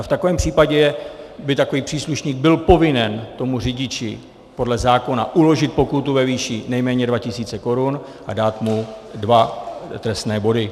V takovém případě by takový příslušník byl povinen tomu řidiči podle zákona uložit pokutu ve výši nejméně dva tisíce korun a dát mu dva trestné body.